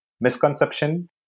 misconception